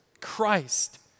Christ